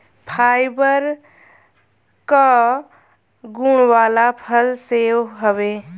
fibre कअ गुण वाला फल सेव हवे